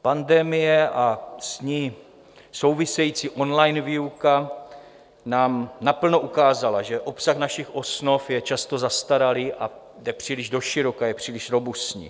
Pandemie a s ní související online výuka nám naplno ukázaly, že obsah našich osnov je často zastaralý a jde příliš do široka, je příliš robustní.